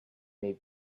may